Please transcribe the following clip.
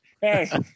Hey